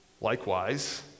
Likewise